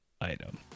item